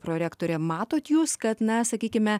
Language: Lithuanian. prorektore matote jūs kad na sakykime